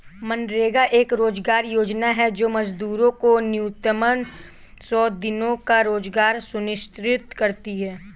मनरेगा एक रोजगार योजना है जो मजदूरों को न्यूनतम सौ दिनों का रोजगार सुनिश्चित करती है